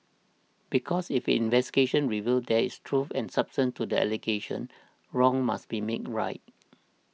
because if investigations reveal there is truth and substance to the allegations wrongs must be made right